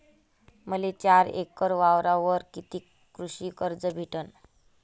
मले चार एकर वावरावर कितीक कृषी कर्ज भेटन?